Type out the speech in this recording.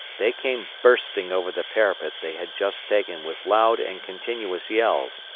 they came bursting over the parapet they had just taken with loud and continuous yells,